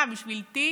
ובשביל מה, בשביל תיק?